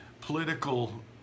political